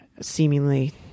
seemingly